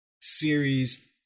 series